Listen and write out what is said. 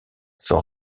sont